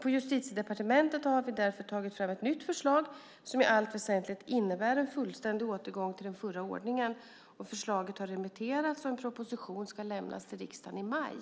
På Justitiedepartementet har vi därför tagit fram ett nytt förslag som i allt väsentligt innebär en fullständig återgång till den förra ordningen. Förslaget har remitterats, och en proposition ska lämnas till riksdagen i maj.